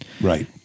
Right